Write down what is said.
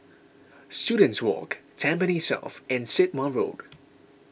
Students Walk Tampines South and Sit Wah Road